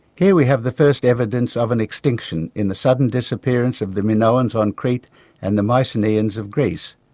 here we have the first evidence of an extinction in the sudden disappearance of the minoans on crete and the mycenaeans of greece,